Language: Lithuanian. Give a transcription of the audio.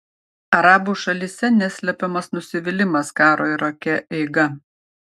arabų šalyse neslepiamas nusivylimas karo irake eiga